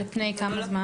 על פני כמה זמן?